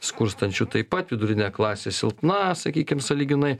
skurstančių taip pat vidurinė klasė silpna sakykim sąlyginai